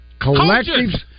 collectives